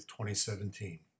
2017